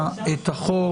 החוק.